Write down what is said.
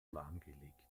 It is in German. lahmgelegt